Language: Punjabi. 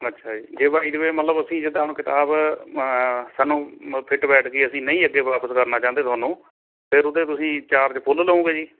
ਅੱਛਾ ਜੇ ਬਾਈ ਦਾ ਵੇਅ ਮਤਲਬ ਜਿੱਦਾਂ ਹੁਣ ਕਿਤਾਬ ਸਾਨੂੰ ਮ ਫਿੱਟ ਬੈਠ ਗਈ ਅਸੀਂ ਨਹੀਂ ਅੱਗੇ ਵਾਪਸ ਕਰਨਾ ਚਾਹੁੰਦੇ ਤੁਹਾਨੂੰ ਫਿਰ ਉਹਦੇ ਤੁਸੀਂ ਚਾਰਜ ਫੁੱਲ ਲਉਂਗੇ ਜੀ